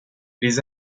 les